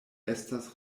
estas